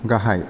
गाहाय